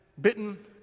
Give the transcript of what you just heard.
bitten